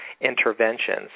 interventions